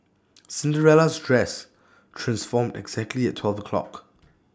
Cinderella's dress transformed exactly at twelve o'clock